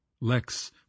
Lex